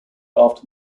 after